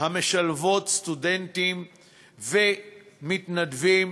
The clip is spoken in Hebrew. המשלבות סטודנטים ומתנדבים